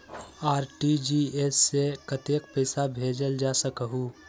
RTGS से कतेक पैसा भेजल जा सकहु???